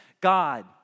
God